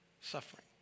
suffering